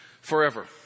forever